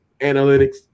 analytics